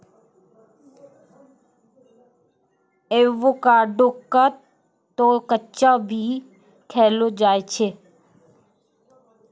avocado क तॅ कच्चा भी खैलो जाय छै